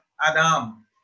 adam